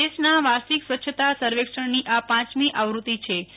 દેશના વાર્ષિક સ્વચ્છતા સર્વેક્ષણની આ પાંચમી આવૃતાછિ